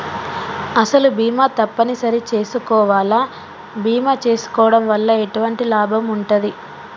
అసలు బీమా తప్పని సరి చేసుకోవాలా? బీమా చేసుకోవడం వల్ల ఎటువంటి లాభం ఉంటది?